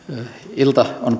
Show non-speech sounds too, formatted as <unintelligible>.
ilta on <unintelligible>